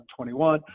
2021